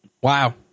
Wow